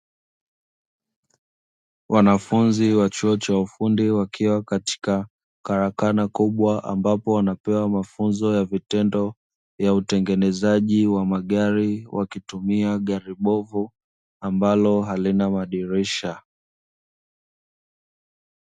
Wanafunzi wa chuo cha ufundi, wakiwa katika karakana kubwa ambapo wanapewa mafunzo ya vitendo ya utengenezaji wa magari wakitumia gari bovu, ambalo halina madirisha.